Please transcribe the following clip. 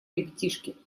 ребятишки